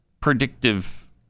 predictive